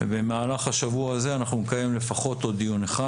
במהלך השבוע הזה אנחנו נקיים לפחות עוד דיון אחד,